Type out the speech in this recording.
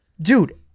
Dude